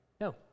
No